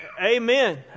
Amen